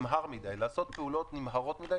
לעשות פעולות נמהרות מדי,